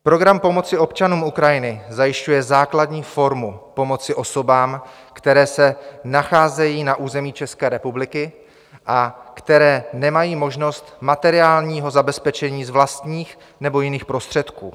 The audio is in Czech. Program pomoci občanům Ukrajiny zajišťuje základní formu pomoci osobám, které se nacházejí na území České republiky a které nemají možnost materiálního zabezpečení z vlastních nebo jiných prostředků.